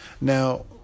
Now